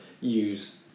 use